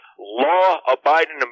law-abiding